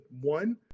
one